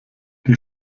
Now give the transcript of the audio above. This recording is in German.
die